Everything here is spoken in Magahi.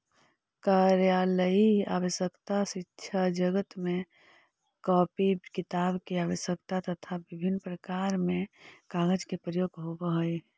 कार्यालयीय आवश्यकता, शिक्षाजगत में कॉपी किताब के आवश्यकता, तथा विभिन्न व्यापार में कागज के प्रयोग होवऽ हई